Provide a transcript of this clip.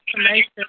information